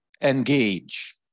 engage